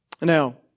now